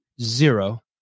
zero